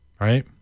right